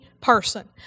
person